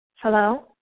Hello